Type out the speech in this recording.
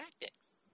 Tactics